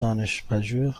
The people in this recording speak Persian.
دانشپژوه